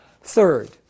Third